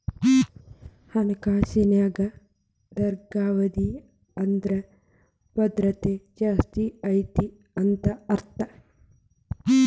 ಹಣಕಾಸಿನ್ಯಾಗ ದೇರ್ಘಾವಧಿ ಅಂದ್ರ ಭದ್ರತೆ ಜಾಸ್ತಿ ಐತಿ ಅಂತ ಅರ್ಥ